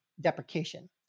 deprecation